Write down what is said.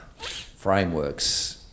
frameworks